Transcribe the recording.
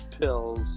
pills